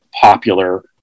popular